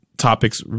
topics